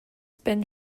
spin